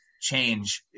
change